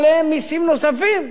תגזור עליהם מסים נוספים.